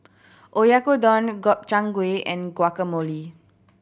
Oyakodon Gobchang Gui and Guacamole